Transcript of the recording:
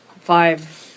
five